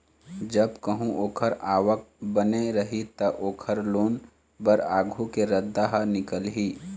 जब कहूँ ओखर आवक बने रही त, ओखर लोन बर आघु के रद्दा ह निकलही